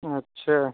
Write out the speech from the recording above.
اچھا